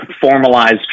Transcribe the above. formalized